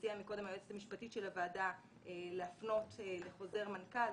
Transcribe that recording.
הציעה קודם היועצת המשפטית של הוועדה להפנות לחוזר מנכ"ל,